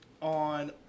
on